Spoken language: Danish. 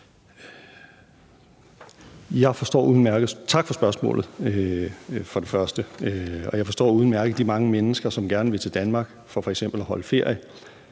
tak for spørgsmålet. Jeg forstår udmærket de mange mennesker, som gerne vil til Danmark for f.eks. at holde ferie,